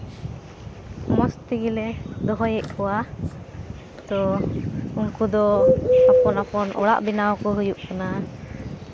ᱟᱨ ᱩᱱᱠᱩ ᱫᱚ ᱢᱚᱡᱽ ᱛᱮᱜᱮᱞᱮ ᱫᱚᱦᱚᱭᱮᱫ ᱠᱚᱣᱟ ᱛᱚ ᱩᱱᱠᱩ ᱫᱚ ᱟᱯᱚᱱ ᱟᱯᱚᱱ ᱚᱲᱟᱜ ᱵᱮᱱᱟᱣ ᱠᱚ ᱦᱩᱭᱩᱜ ᱠᱟᱱᱟ